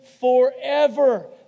forever